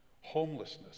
homelessness